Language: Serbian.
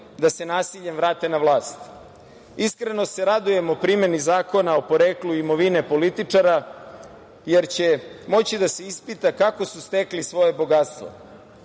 da se nasiljem vrate na vlast. Iskreno se radujemo primeni Zakona o poreklu imovine političara, jer će moći da se ispita kako su stekli svoje bogatstvo.O